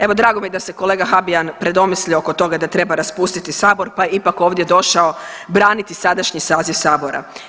Evo, drago mi je da se kolega Habijan predomislio da treba raspustiti sabor pa je ipak ovdje došao braniti sadašnji saziv sabora.